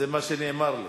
זה מה שנאמר לי.